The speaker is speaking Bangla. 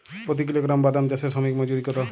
প্রতি কিলোগ্রাম বাদাম চাষে শ্রমিক মজুরি কত?